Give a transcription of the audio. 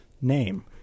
name